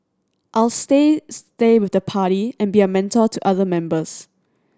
I'll stay stay with the party and be a mentor to other members